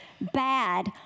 bad